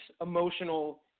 emotional